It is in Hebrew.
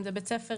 אם זה בית ספר,